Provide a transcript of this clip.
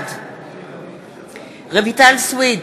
בעד רויטל סויד,